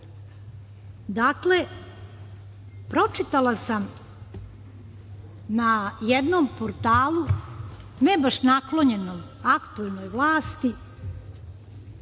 Dakle, pročitala sam na jednom portalu, ne baš naklonjenom aktuelnoj vlasti,